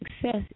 success